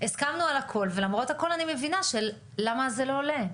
הסכמנו על הכול ולמרות הכול אני מבינה למה זה לא עולה,